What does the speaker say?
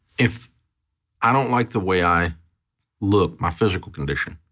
if i don't like the way i look, my physical condition,